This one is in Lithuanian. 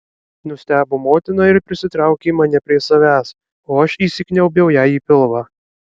nustebo motina ir prisitraukė mane prie savęs o aš įsikniaubiau jai į pilvą